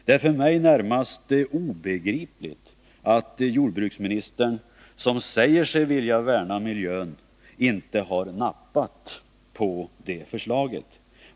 Det är för mig närmast obegripligt att jordbruksministern, som säger sig vilja värna miljön, inte har nappat på det förslaget.